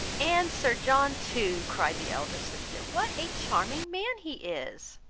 and sir john too, cried the elder sister, what a charming man he is!